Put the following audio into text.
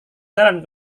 jalan